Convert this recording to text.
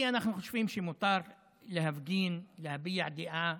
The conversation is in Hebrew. אנחנו חושבים שמותר להפגין, להביע דעה,